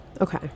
Okay